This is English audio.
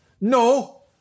No